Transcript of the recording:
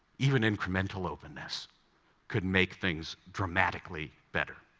even incremental openness could make things dramatically better.